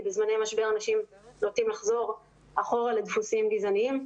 כי בזמני משבר אנשים נוטים לחזור אחורה לדפוסים גזעניים,